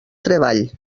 treball